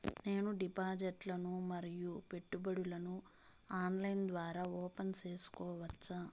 నేను డిపాజిట్లు ను మరియు పెట్టుబడులను ఆన్లైన్ ద్వారా ఓపెన్ సేసుకోవచ్చా?